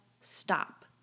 stop